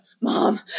mom